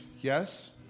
yes